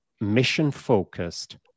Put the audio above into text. mission-focused